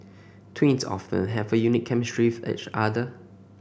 twins often have a unique chemistry with each other